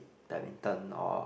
badminton or